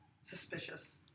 suspicious